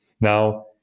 now